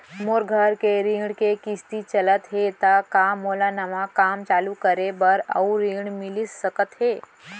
मोर घर के ऋण के किसती चलत हे ता का मोला नवा काम चालू करे बर अऊ ऋण मिलिस सकत हे?